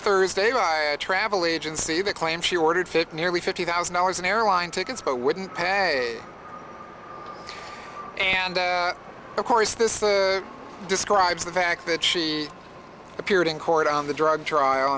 thursday by a travel agency that claims she ordered fit nearly fifty thousand dollars in airline tickets but wouldn't pay and of course this describes the fact that she appeared in court on the drug trial